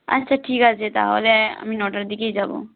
আচ্ছা ঠিক আছে তাহলে আমি নটার দিকেই যাব